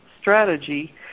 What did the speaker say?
strategy